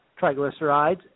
triglycerides